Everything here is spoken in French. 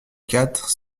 quatre